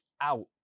out